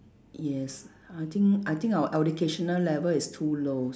yes I think I think our educational level is too low